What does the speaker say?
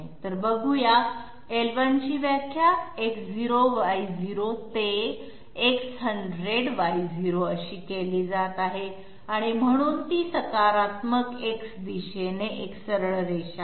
तर बघूया l1 ची व्याख्या X0Y0 ते X100Y0 अशी केली जात आहे म्हणून ती सकारात्मक X दिशेने एक सरळ रेषा आहे